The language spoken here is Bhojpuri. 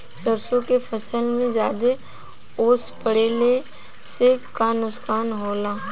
सरसों के फसल मे ज्यादा ओस पड़ले से का नुकसान होला?